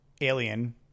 Alien